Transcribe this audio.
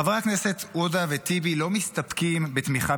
חברי הכנסת עודה וטיבי לא מסתפקים בתמיכה